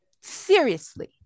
seriously-